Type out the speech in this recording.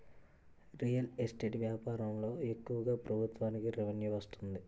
real estate వ్యాపారంలో ఎక్కువగా ప్రభుత్వానికి రెవెన్యూ వస్తుంది